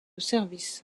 service